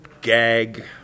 gag